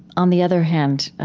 on the other hand,